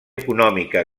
econòmica